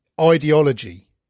ideology